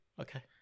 Okay